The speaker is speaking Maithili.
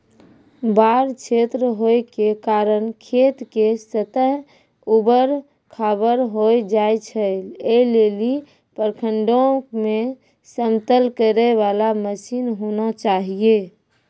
बाढ़ क्षेत्र होय के कारण खेत के सतह ऊबड़ खाबड़ होय जाए छैय, ऐ लेली प्रखंडों मे समतल करे वाला मसीन होना चाहिए?